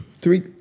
Three